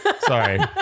Sorry